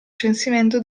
censimento